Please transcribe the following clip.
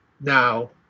now